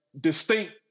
distinct